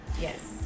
Yes